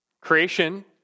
Creation